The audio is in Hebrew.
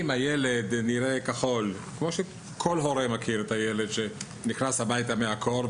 אם הילד נראה כחול כמו שכל הורה מכיר את הילד שנכנס הביתה מהקור,